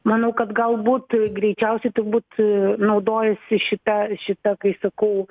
manau kad galbūt greičiausiai turbūt naudojasi šita šita kai sakau